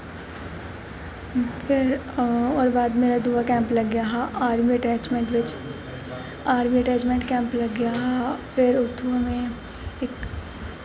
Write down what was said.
फिर ओह्दे बाद मेरा दूआ कैंप लग्गेआ हा आर्मी अटैचमेंट बिच आर्मी अटैचमेंट कैंप लग्गेआ हा फिर उत्थूं में